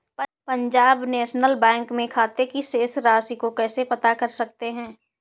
Punjab National Bank में खाते की शेष राशि को कैसे पता कर सकते हैं?